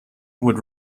would